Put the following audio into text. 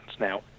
Now